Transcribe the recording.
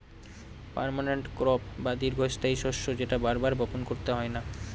permanent crop বা দীর্ঘস্থায়ী শস্য যেটা বার বার বপন করতে হয় না